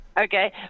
okay